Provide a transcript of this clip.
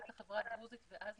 לחברי הכנסת, בבקשה.